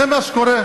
זה מה שקורה.